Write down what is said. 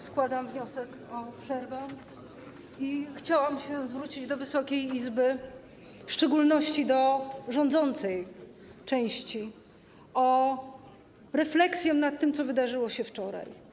Składam wniosek o przerwę i chciałam się zwrócić do Wysokiej Izby, w szczególności do rządzącej części, o refleksję nad tym, co wydarzyło się wczoraj.